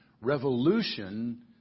revolution